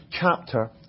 chapter